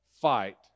fight